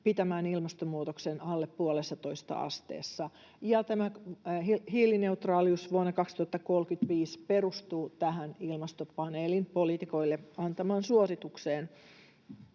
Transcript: pitämään ilmastonmuutoksen alle puolessatoista asteessa, ja tämä hiilineutraalius vuonna 2035 perustuu tähän ilmastopaneelin poliitikoille antamaan suositukseen.